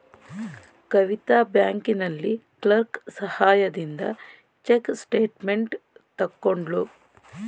ಕವಿತಾ ಬ್ಯಾಂಕಿನಲ್ಲಿ ಕ್ಲರ್ಕ್ ಸಹಾಯದಿಂದ check statement ತಕ್ಕೊದ್ಳು